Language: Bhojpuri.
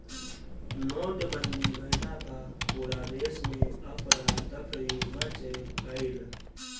नोटबंदी भइला पअ पूरा देस में अफरा तफरी मच गईल